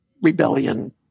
Rebellion